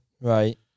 Right